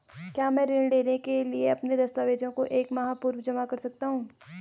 क्या मैं ऋण लेने के लिए अपने दस्तावेज़ों को एक माह पूर्व जमा कर सकता हूँ?